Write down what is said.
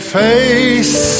face